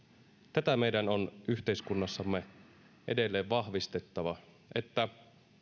tätä meidän on yhteiskunnassamme edelleen vahvistettava että